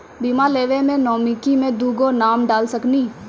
बीमा लेवे मे नॉमिनी मे दुगो नाम डाल सकनी?